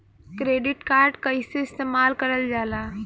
Credit card कईसे इस्तेमाल करल जाला?